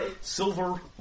Silver